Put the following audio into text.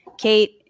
Kate